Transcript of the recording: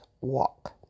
walk